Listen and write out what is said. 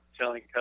telling